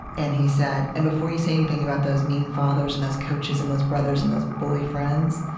and he said, and before you say anything about those mean fathers and those coaches and those brothers and those bully friends,